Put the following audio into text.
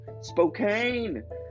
Spokane